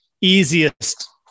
easiest